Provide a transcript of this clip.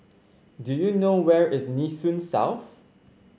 do you know where is Nee Soon South